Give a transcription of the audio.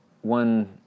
one